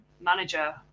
manager